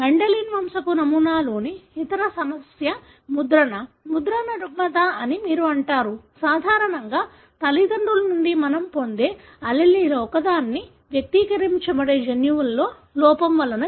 Mendelian వంశపు నమూనాలోని ఇతర సమస్య ముద్రణ ముద్రణ రుగ్మత అని మీరు అంటారు సాధారణంగా తల్లిదండ్రుల నుండి మనం పొందే రెండు allele లో ఒకదాని నుండి వ్యక్తీకరించబడే జన్యువులలో లోపం వలన